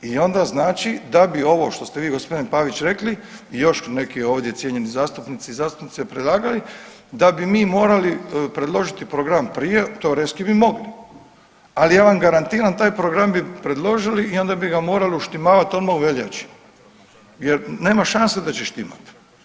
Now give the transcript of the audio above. I onda znači da bi ovo što ste vi gospodine Pavić rekli i još neki ovdje cijenjeni zastupnici i zastupnice predlagali da bi mi morali predložiti program prije, teoretski bi mogli, ali ja vam garantiram taj program bi predložili i onda bi ga morali uštimavati odmah u veljači jer nema šanse da će štimati.